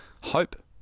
hope